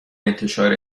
انتشار